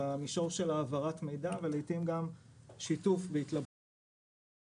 במישור של העברת מידע ולעיתים גם שיתוך בהתלבטויות בנושאים האלה.